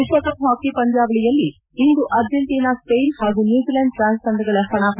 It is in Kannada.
ವಿಶ್ವಕಪ್ ಹಾಕಿ ಪಂದ್ಯಾವಳಿಯಲ್ಲಿ ಇಂದು ಅರ್ಜೆಂಟೀನಾ ಸ್ವೇನ್ ಹಾಗೂ ನ್ಟೂಜಿಲೆಂಡ್ ಪ್ರಾನ್ಸ್ ತಂಡಗಳ ಹಣಾಹಣೆ